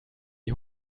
die